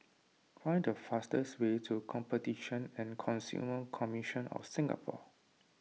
find the fastest way to Competition and Consumer Commission of Singapore